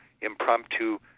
impromptu